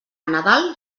nadal